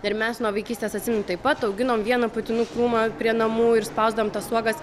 ir mes nuo vaikystės atsimenu taip pat auginom vieną putinų krūmą prie namų ir spausdavom tas uogas